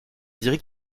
dirait